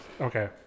Okay